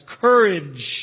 courage